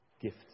gifts